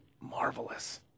marvelous